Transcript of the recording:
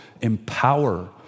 empower